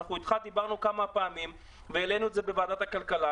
דיברנו איתך כמה פעמים והעלינו את זה בוועדת הכלכלה,